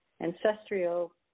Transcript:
ancestral